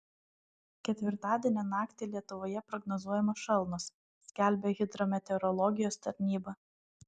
ketvirtadienio naktį lietuvoje prognozuojamos šalnos skelbia hidrometeorologijos tarnyba